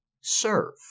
serve